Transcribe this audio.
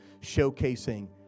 showcasing